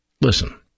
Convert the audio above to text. listen